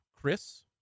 Chris